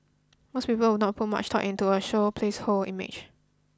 most people would not put much thought into a show's placeholder image